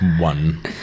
one